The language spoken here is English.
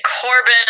Corbin